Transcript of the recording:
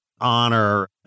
honor